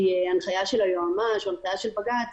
מובאת כאן מתכונת של חקיקה שמוגבלת בזמן שלה,